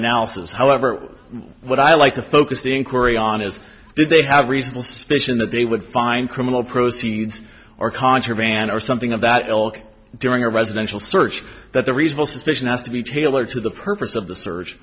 analysis however what i like to focus the inquiry on is did they have reasonable suspicion that they would find criminal proceedings or contraband or something of that ilk during a presidential search that the reasonable suspicion has to be tailored to the purpose of the search